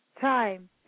time